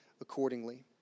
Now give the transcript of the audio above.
accordingly